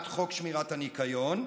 הניקיון,